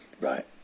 right